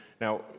Now